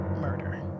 murder